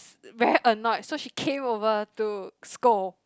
very annoyed so she came over to scold